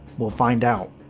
we'll find out.